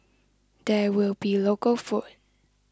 there will be local food